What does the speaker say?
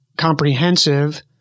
comprehensive